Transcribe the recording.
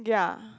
ya